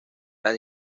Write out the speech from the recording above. las